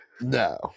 No